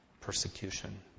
persecution